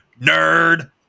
Nerd